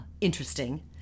interesting